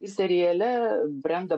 seriale brendo